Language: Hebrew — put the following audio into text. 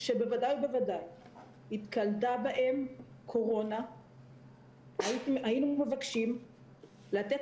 שבוודאי ובוודאי התגלתה בהם קורונה היינו מבקשים לתת